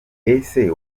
ese